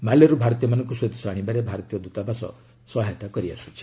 ମାଲେରୁ ଭାରତୀୟମାନଙ୍କୁ ସ୍ୱଦେଶ ଆଶିବାରେ ଭାରତୀୟ ଦୂତାବାସ ସହାୟକ କରିଆସୁଛି